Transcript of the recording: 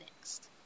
next